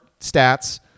stats